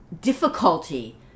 difficulty